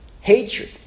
hatred